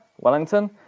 Wellington